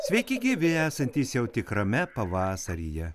sveiki gyvi esantys jau tikrame pavasaryje